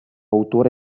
autore